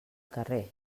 carrer